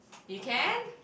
you can